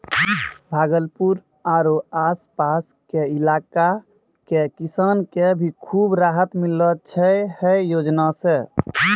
भागलपुर आरो आस पास के इलाका के किसान कॅ भी खूब राहत मिललो छै है योजना सॅ